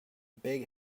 big